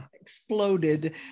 exploded